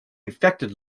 infected